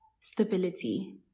stability